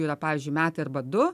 yra pavyzdžiui metai arba du